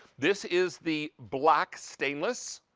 this is the black stainless.